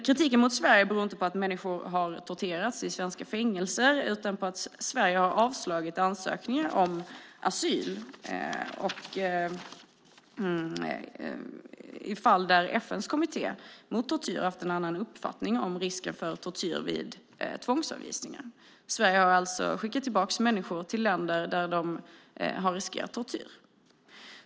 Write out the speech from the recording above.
Kritiken mot Sverige beror inte på att folk har torterats i svenska fängelser utan på att Sverige har avslagit ansökningar om asyl i fall där FN:s kommitté mot tortyr har haft en annan uppfattning om risken för tortyr vid tvångsavvisning. Sverige har alltså skickat tillbaka människor till länder där de har riskerat tortyr.